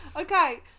Okay